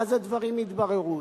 ואז הדברים יתבררו.